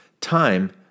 time